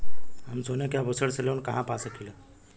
हम सोने के आभूषण से लोन कहा पा सकीला?